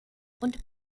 und